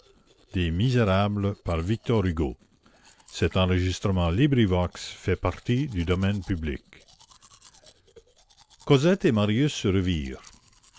cosette et marius se revirent